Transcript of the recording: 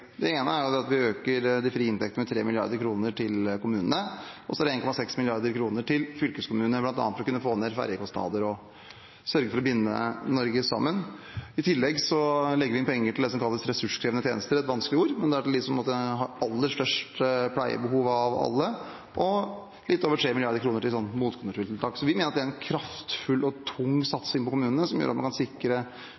er det veldig kraftfullt. Det ene er at vi øker de frie inntektene med 3 mrd. kr til kommunene, og så er det 1,6 mrd. kr til fylkeskommunene, bl.a. for å kunne få ned ferjekostnader og sørge for å binde Norge sammen. I tillegg legger vi inn penger til det som kalles ressurskrevende tjenester, et vanskelig ord, men det er til dem som måtte ha aller størst pleiebehov, og litt over 3 mrd. kr til motkonjunkturtiltak. Vi mener at det er en kraftfull og tung